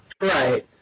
Right